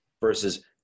versus